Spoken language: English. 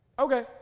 Okay